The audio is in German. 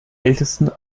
ältesten